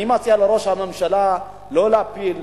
אני מציע לראש הממשלה לא להפיל,